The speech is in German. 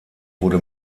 wurde